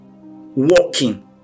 walking